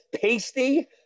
pasty